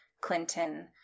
Clinton